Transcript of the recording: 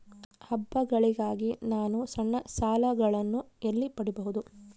ಹಬ್ಬಗಳಿಗಾಗಿ ನಾನು ಸಣ್ಣ ಸಾಲಗಳನ್ನು ಎಲ್ಲಿ ಪಡಿಬಹುದು?